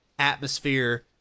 atmosphere